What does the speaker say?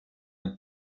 und